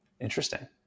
interesting